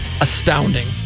astounding